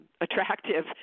attractive